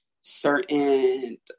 certain